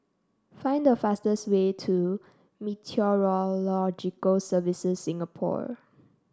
find the fastest way to Meteorological Services Singapore